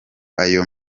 aya